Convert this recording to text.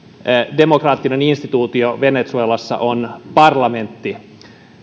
demokraattinen instituutio venezuelassa on parlamentti